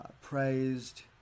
praised